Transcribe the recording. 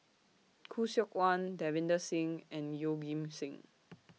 Khoo Seok Wan Davinder Singh and Yeoh Ghim Seng